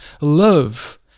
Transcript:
love